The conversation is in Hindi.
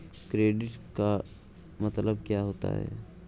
क्रेडिट का मतलब क्या होता है?